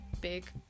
big